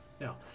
Now